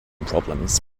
problems